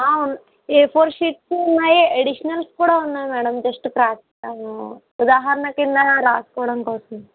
ఏ four sheets ఉన్నాయి additional కూడా ఉన్నాయి మేడం జస్ట్ ప్రాక్ ఉదాహరణ కింద రాసుకోవడం కోసం